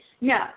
No